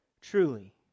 truly